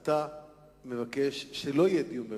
אתה מבקש שלא יהיה דיון במליאה?